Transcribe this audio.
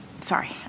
sorry